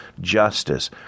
justice